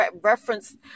reference